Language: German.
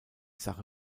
sache